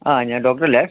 ആ ഞാൻ ഡോക്ടർ അല്ലേ